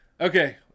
Okay